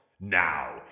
Now